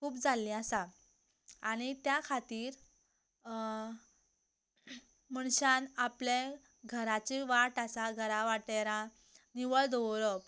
खूब जाल्लीं आसा आनी त्या खातीर मनशान आपल्या घराची वाट आसा घरा वाटेर निवळ दवरप